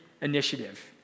initiative